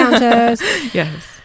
Yes